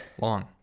Long